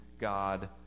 God